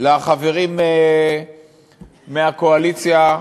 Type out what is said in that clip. לחברים מהקואליציה,